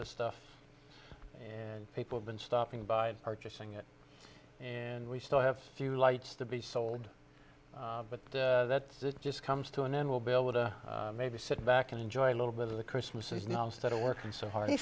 the stuff and people have been stopping by purchasing it and we still have a few lights to be sold but that's it just comes to an end we'll be able to maybe sit back and enjoy a little bit of the christmases nonstate are working so hard he